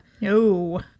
No